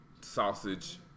sausage